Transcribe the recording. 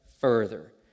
further